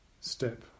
step